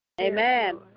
Amen